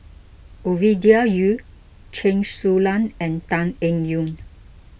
Ovidia Yu Chen Su Lan and Tan Eng Yoon